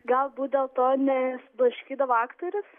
galbūt dėl to nes blaškydavo aktorius